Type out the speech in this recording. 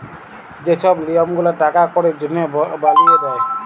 যে ছব লিয়ম গুলা টাকা কড়ির জনহে বালিয়ে দে